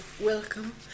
welcome